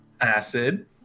acid